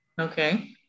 Okay